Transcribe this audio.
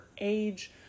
age